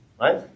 right